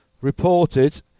reported